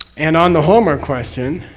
and on the homework question,